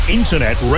internet